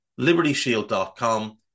libertyshield.com